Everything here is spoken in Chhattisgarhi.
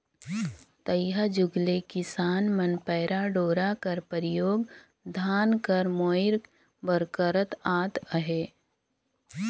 तइहा जुग ले किसान मन पैरा डोरा कर परियोग धान कर मोएर बर करत आत अहे